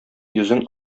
йөзен